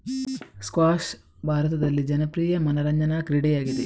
squash ಭಾರತದಲ್ಲಿ ಜನಪ್ರಿಯ ಮನರಂಜನಾ ಕ್ರೀಡೆಯಾಗಿದೆ